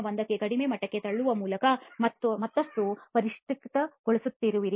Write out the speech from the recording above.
01 ಕ್ಕಿಂತ ಕಡಿಮೆ ಮಟ್ಟಕ್ಕೆ ತಳ್ಳುವ ಮೂಲಕ ಮತ್ತಷ್ಟು ಪರಿಷ್ಕರಿಸುತ್ತಿರುವಿರಿ